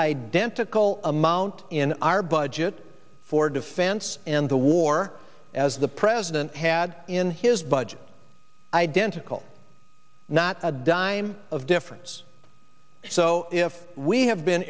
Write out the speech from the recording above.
identical amount in our budget for defense in the war as the president had in his budget identical not a dime of difference so if we have been